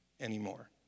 anymore